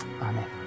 Amen